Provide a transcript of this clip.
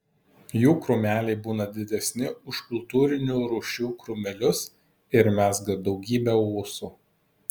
jų krūmeliai būna didesni už kultūrinių rūšių krūmelius ir mezga daugybę ūsų